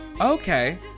okay